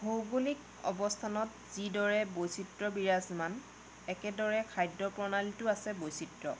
ভৌগোলিক অৱস্থানত যিদৰে বৈচিত্ৰ বিৰাজমান একেদৰে খাদ্য প্ৰণালীটো আছে বৈচিত্ৰ